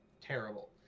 Terrible